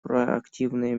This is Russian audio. проактивные